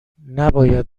نباید